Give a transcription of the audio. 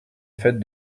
faite